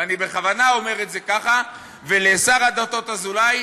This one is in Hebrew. ואני בכוונה אומר את זה ככה, ולשר הדתות אזולאי,